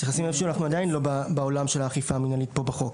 צריך לשים לב שאנחנו עדיין לא בעולם האכיפה המינהלית פה בחוק.